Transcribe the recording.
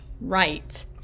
right